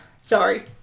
Sorry